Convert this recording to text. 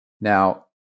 Now